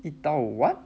一刀 what